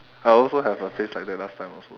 I also have a phase like that last time also